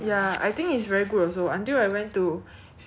the first night that we went to philippines then we were like oh my god